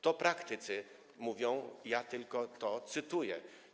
To praktycy mówią, ja tylko to cytuję.